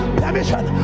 permission